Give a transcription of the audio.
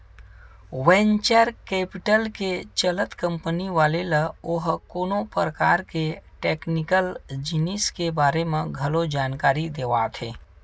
venture capital के चलत company वाले ल ओहा कोनो परकार के टेक्निकल जिनिस के बारे म घलो जानकारी देवाथे